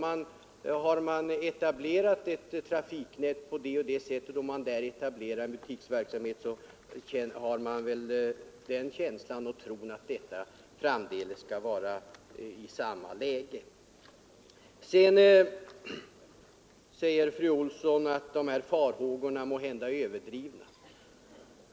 Om ett trafiknät utformats på ett visst sätt och man i anslutning till detta etablerar en butiksverksamhet, vill man gärna tro att läget framdeles inte skall försämras genom en trafikomläggning. Fru Olsson säger att farhågorna måhända är överdrivna.